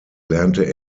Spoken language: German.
lernte